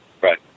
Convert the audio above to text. right